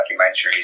documentaries